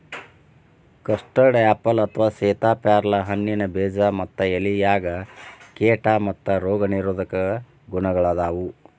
custard apple ಅಥವಾ ಸೇತಾಪ್ಯಾರಲ ಹಣ್ಣಿನ ಬೇಜ ಮತ್ತ ಎಲೆಯಾಗ ಕೇಟಾ ಮತ್ತ ರೋಗ ನಿರೋಧಕ ಗುಣಗಳಾದಾವು